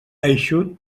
eixut